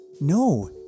No